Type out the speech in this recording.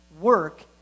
Work